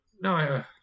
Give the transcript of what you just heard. no